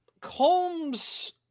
Combs